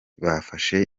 bafashe